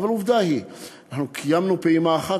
אבל העובדה היא כי קיימנו פעימה אחת